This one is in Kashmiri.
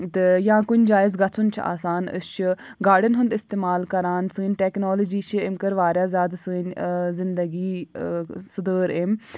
تہٕ یا کُنہِ جایہِ اَسہِ گژھُن چھِ آسان أسۍ چھِ گاڑٮ۪ن ہُنٛد اِستعمال کَران سٲنۍ ٹٮ۪کنالجی چھِ أمۍ کٔر واریاہ زیادٕ سٲنۍ زندگی سُدھٲر أمۍ